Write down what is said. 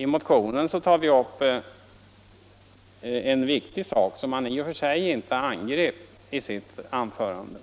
I motionen behandlas en viktig sak, som han i och för sig inte angrep i sitt anförande.